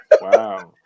Wow